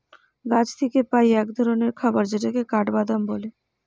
গাছ থিকে পাই এক ধরণের খাবার যেটাকে কাঠবাদাম বলে